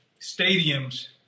stadiums